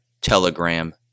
Telegram